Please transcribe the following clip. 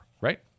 right